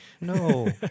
no